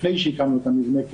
לפני שהקמנו את המבנה,